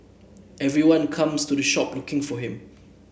everyone comes to the shop looking for him